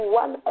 one